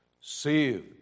Saved